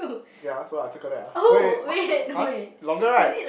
okay ah so I will circle that ah wait wait wait what !huh! is longer right